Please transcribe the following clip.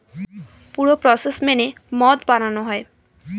পুরো প্রসেস মেনে মদ বানানো হয়